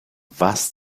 vast